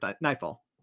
Nightfall